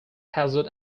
hazard